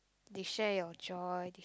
they share your joy